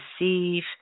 receive